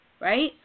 right